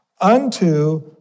unto